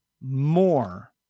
more